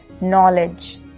knowledge